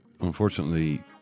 unfortunately